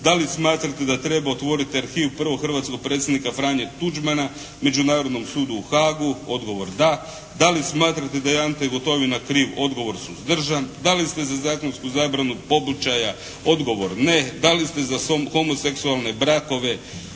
da li smatrate da treba otvoriti arhivu prvog hrvatskog Predsjednika Franje Tuđmana Međunarodnom sudu u Hagu? Odgovor, da. Da li smatrate da je Ante Gotovina kriv? Odgovor, suzdržan. Da li ste za zakonsku zabranu pobačaja? Odgovor ne. Da li ste za homoseksualne brakove?